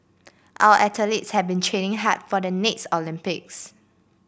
our athletes have been training hard for the next Olympics